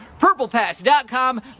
PurplePass.com